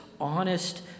honest